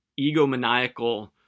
egomaniacal